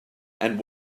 and